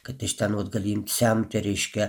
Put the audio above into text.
kad iš ten vat gali imt semti reiškia